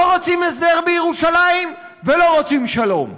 לא רוצים הסדר בירושלים ולא רוצים שלום.